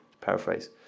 Paraphrase